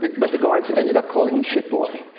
but the guards ended up calling him shit boy.